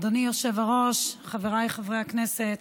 אדוני היושב-ראש, חבריי חברי הכנסת,